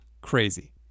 crazy